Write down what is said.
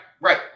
right